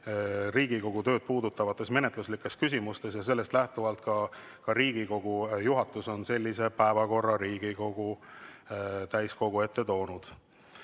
Riigikogu tööd puudutavates menetluslikes küsimustes, ja sellest lähtuvalt ka Riigikogu juhatus on sellise päevakorra Riigikogu täiskogu ette toonud. Martin